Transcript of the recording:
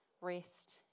rest